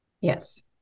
Yes